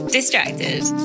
Distracted